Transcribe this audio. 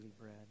bread